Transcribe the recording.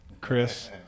Chris